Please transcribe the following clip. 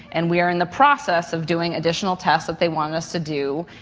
and we are in the process of doing additional tests that they wanted us to do,